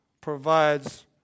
provides